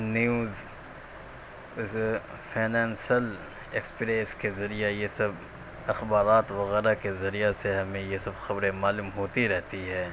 news ویسے Financial Express کے ذریعہ یہ سب اخبارات وغیرہ کے ذریعہ سے ہمیں یہ سب خبریں معلوم ہوتی رہتی ہے